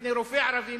בפני רופא ערבי,